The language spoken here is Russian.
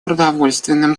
продовольственным